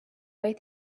way